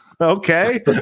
Okay